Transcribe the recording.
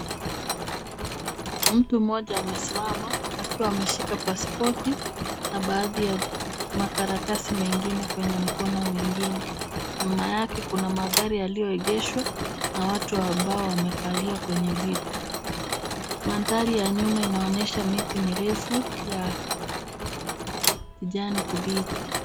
Mtu mmoja amesimama akiwa ameshika pasipoti na baadhi ya makaratasi mengine kwenye mkono mwingine. Nyuma yake kuna magari yaliyoegeshwa na watu ambao wamekalia kwenye viti. Mandhari ya nyuma inaonyesha miti mirefu ya kijani kibichi.